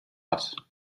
hat